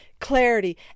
clarity